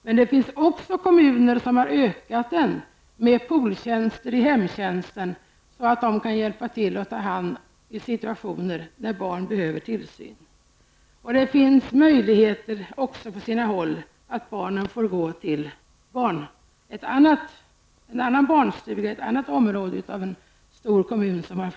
Men det finns också kommuner som har ökat den med pooltjänster inom hemtjänsten, så att den kan hjälpa till i situationer där barn behöver tillsyn. På sina håll finns också möjligheten att barnen får gå till en barnstuga i något annat område i en stor kommun.